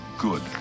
good